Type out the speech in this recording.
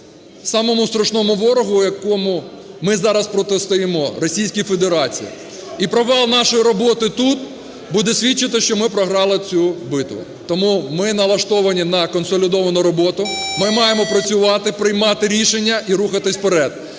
самому страшному ворогу, якому ми зараз протистоїмо – Російській Федерації. І провал нашої роботи тут буде свідчити, що ми програли цю битву. Тому, ми налаштовані на консолідовану роботу, ми маємо працювати, приймати рішення і рухатись вперед